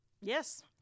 yes